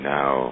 now